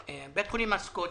לבית החולים הסקוטי,